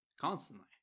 constantly